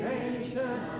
ancient